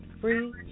free